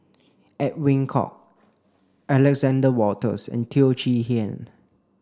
Edwin Koek Alexander Wolters and Teo Chee Hean